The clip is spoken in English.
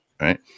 right